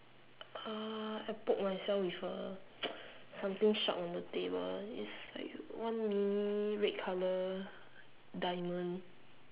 uh I poke myself with a something sharp on the table is like one mini red color diamond